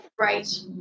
Right